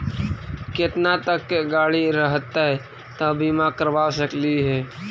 केतना तक के गाड़ी रहतै त बिमा करबा सकली हे?